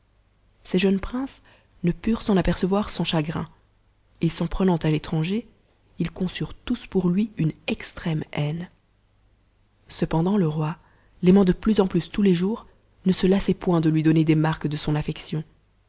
ces jeunes princes ne purent s'en apercevoir sans chagrin et s'en prenant à l'étranger ils conçurent tous pour lui une extrême haine cependant le roi l'aimant de plus en plus tous les jours ne se lassait point de lui donner des marqùes de son affection